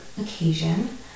occasion